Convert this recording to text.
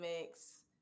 mix